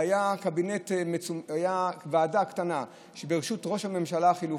והייתה ועדה קטנה בראשות ראש הממשלה החלופי,